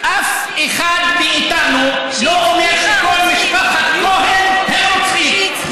אף אחד מאיתנו לא אומר שכל משפחת כהן הם רוצחים,